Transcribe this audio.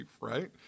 right